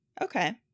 Okay